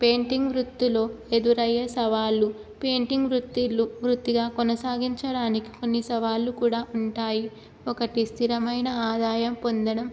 painting వృత్తిలో ఎదురయ్యే సవాళ్ళు పెయింటింగ్ వృత్తిలో వృత్తిగా కొనసాగించడానికి కొన్ని సవాళ్ళు కూడా ఉంటాయి ఒకటి స్థిరమైన ఆదాయం పొందడం